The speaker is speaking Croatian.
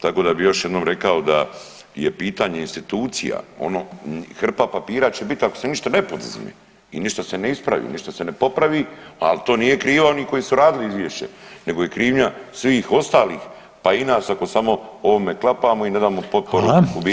Tako da bih još jednom rekao da je pitanje institucija, ono hrpa papira će biti ako se ništa ne poduzme i ništa se ne ispravlja, ništa se ne popravi ali to nije krivo oni koji su radili izvješće nego je krivnja svih ostalih, pa i nas ako samo o ovome klapamo i ne damo potporu